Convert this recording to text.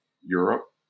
Europe